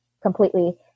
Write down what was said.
completely